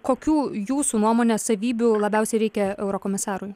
kokių jūsų nuomone savybių labiausiai reikia eurokomisarui